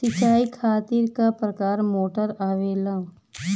सिचाई खातीर क प्रकार मोटर आवेला?